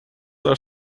are